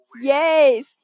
Yes